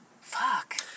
Fuck